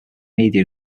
media